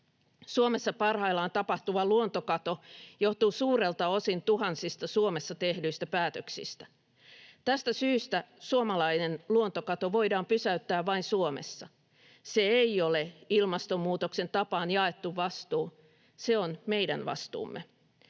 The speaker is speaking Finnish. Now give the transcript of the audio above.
Suomessa parhaillaan tapahtuva luontokato johtuu suurelta osin tuhansista Suomessa tehdyistä päätöksistä. Tästä syystä suomalainen luontokato voidaan pysäyttää vain Suomessa. Se ei ole ilmastonmuutoksen tapaan jaettu vastuu. Se on meidän vastuumme.